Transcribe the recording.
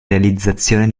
realizzazione